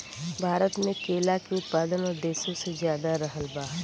भारत मे केला के उत्पादन और देशो से ज्यादा रहल बा